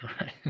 right